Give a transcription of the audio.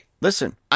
listen